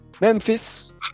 Memphis